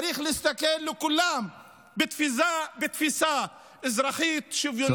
צריך להסתכל על כולם בתפיסה אזרחית שוויונית.